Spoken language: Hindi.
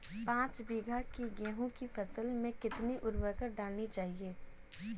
पाँच बीघा की गेहूँ की फसल में कितनी उर्वरक डालनी चाहिए?